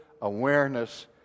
awareness